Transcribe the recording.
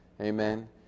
Amen